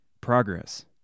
Progress